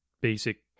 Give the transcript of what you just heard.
basic